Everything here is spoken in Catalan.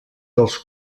dels